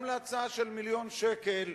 גם להצעה של מיליון שקל,